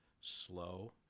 slow